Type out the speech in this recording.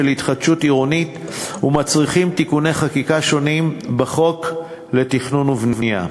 התחדשות עירונית ומצריכים תיקוני חקיקה שונים בחוק התכנון והבנייה.